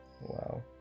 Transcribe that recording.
Wow